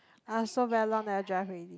I also very long never drive already